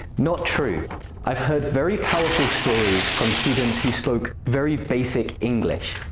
not true i've heard very powerful stories from students who spoke very basic english.